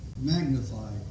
magnified